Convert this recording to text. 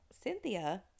cynthia